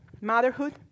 Motherhood